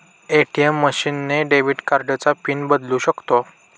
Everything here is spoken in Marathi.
ए.टी.एम मशीन ने डेबिट कार्डचा पिन बदलू शकतो